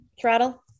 throttle